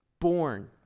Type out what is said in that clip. Born